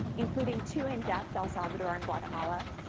including two in depth, el salvador and guatemala.